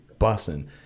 bussing